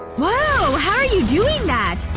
whoa! how are you doing that?